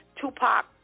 Tupac